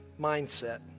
mindset